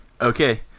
okay